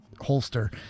holster